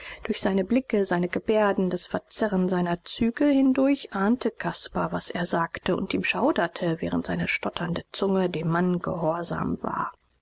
durch seine blicke seine gebärden das verzerren seiner züge hindurch ahnte caspar was er sagte und ihm schauderte während seine stotternde zunge dem mann gehorsam war